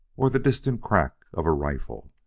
or the distant crack of a rifle.